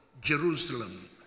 Jerusalem